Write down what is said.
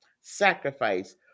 sacrifice